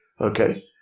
okay